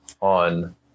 on